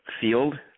field